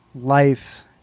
life